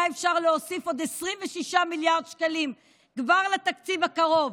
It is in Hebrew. היה אפשר להוסיף עוד 26 מיליארד שקלים כבר לתקציב הקרוב.